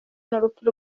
n’urupfu